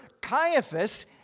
Caiaphas